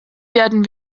werden